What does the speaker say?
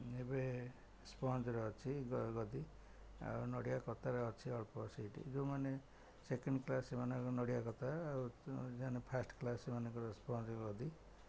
ଏବେ ସ୍ପଞ୍ଜରେ ଅଛି ଗଦି ଆଉ ନଡ଼ିଆ କତାର ଅଛି ଅଳ୍ପ ସେଇଠି ଯେଉଁମାନେ ସେକେଣ୍ଡ କ୍ଲାସ୍ ସେମାନଙ୍କ ନଡ଼ିଆ କତାର ଆଉ ଯେଉଁମାନେ ଫାର୍ଷ୍ଟ କ୍ଲାସ୍ ସେମାନଙ୍କର ସ୍ପଞ୍ଜ ଗଦି